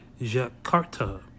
Jakarta